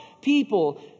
people